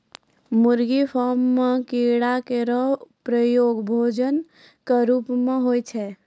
मुर्गी फार्म म कीड़ा केरो प्रयोग भोजन क रूप म होय छै